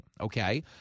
okay